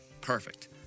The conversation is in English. Perfect